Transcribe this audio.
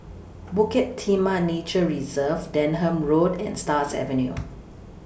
Bukit Timah Nature Reserve Denham Road and Stars Avenue